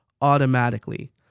automatically